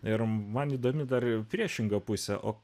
ir man įdomi dar į priešingą pusę o